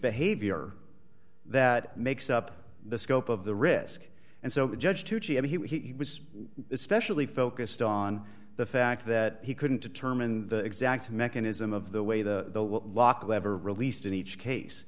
behavior that makes up the scope of the risk and so be judged he was especially focused on the fact that he couldn't determine the exact mechanism of the way the lock lever released in each case